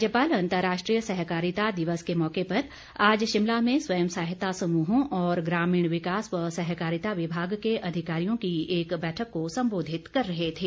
राज्यपाल अंतर्राष्ट्रीय सहकारिता दिवस के मौके पर आज शिमला में स्वयं सहायता समूहों और ग्रामीण विकास व सहकारिता विभाग के अधिकारियों की एक बैठक को संबोधित कर रहे थे